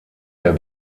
der